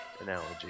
analogy